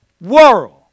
world